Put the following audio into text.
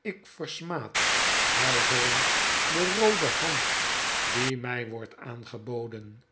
ik versmaad huiverend de roode hand die mij wordt aangeboden